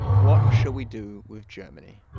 what shall we do with germany?